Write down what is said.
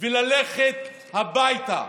וללכת הביתה,